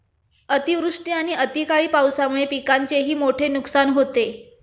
अतिवृष्टी आणि अवकाळी पावसामुळे पिकांचेही मोठे नुकसान होते